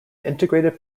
integrated